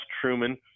truman